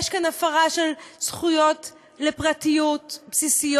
יש כאן הפרה של זכויות פרטיות בסיסיות.